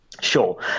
sure